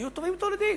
היו תובעים אותו לדין.